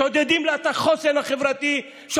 שודדים לה את החוסן החברתי שלה,